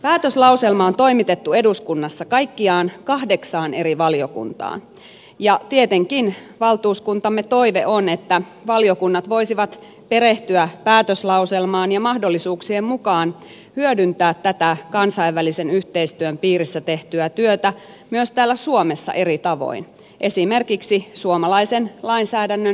päätöslauselma on toimitettu eduskunnassa kaikkiaan kahdeksaan eri valiokuntaan ja tietenkin valtuuskuntamme toive on että valiokunnat voisivat perehtyä päätöslauselmaan ja mahdollisuuksien mukaan hyödyntää tätä kansainvälisen yhteistyön piirissä tehtyä työtä myös täällä suomessa eri tavoin esimerkiksi suomalaisen lainsäädännön kehittämiseksi